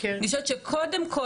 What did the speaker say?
אני חושבת שקודם כל